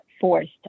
forced